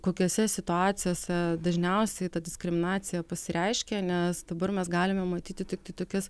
kokiose situacijose dažniausiai ta diskriminacija pasireiškia nes dabar mes galime matyti tiktai tokias